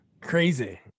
crazy